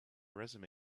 resume